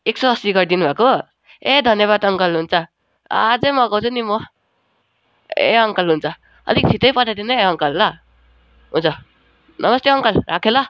एक सौ असी गरिदिनु भएको ए धन्यवाद अङ्कल हुन्छ अझै मगाउँछु नि म ए अङ्कल हुन्छ अलिक छिटै पठाइदिनु है अङ्कल ल हुन्छ नमस्ते अङ्कल राखेँ ल